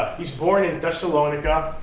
he's born in thessalonica,